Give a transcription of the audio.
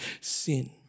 sin